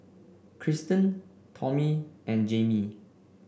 Christen Tommy and Jayme